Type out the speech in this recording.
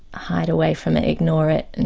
hide away from it, ignore it, and